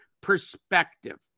perspective